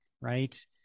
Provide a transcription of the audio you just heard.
right